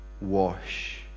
wash